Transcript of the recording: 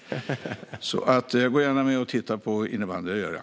Jag går gärna med och tittar på innebandy; det gör jag.